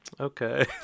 okay